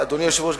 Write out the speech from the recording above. אדוני היושב-ראש,